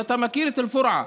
ואתה מכיר את אל-פורעה,